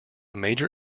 major